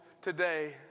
Today